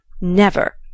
Never